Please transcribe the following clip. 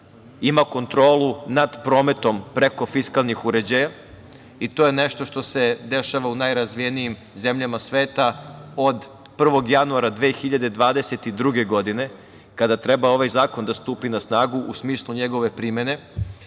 ima kontrolu nad prometom preko fiskalnih uređaja, i to je nešto što se dešava u najrazvijenim zemljama sveta. Od 1. januara 2022. godine, kada treba ovaj zakon da stupi na snagu u smislu njegove primene,